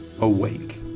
awake